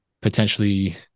potentially